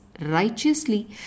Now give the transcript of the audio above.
righteously